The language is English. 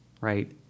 right